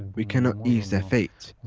we cannot ease their fate,